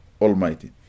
Almighty